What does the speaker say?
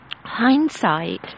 Hindsight